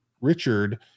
Richard